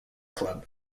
club